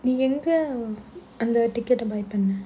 நீ எங்க அந்த:nee enga andha ticket ah buy பண்ண:panna